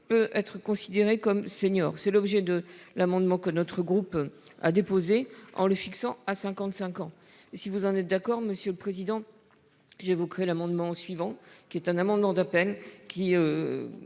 peut être considéré comme senior. C'est l'objet de l'amendement, que notre groupe a déposé en le fixant à 55 ans. Si vous en êtes d'accord monsieur le président. J'évoquerai l'amendement suivant qui est un amendement de